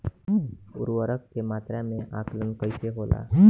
उर्वरक के मात्रा में आकलन कईसे होला?